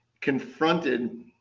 confronted